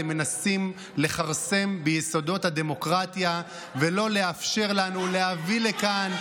אתם מנסים לכרסם ביסודות הדמוקרטיה ולא לאפשר לנו להביא לכאן,